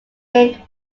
named